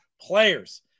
players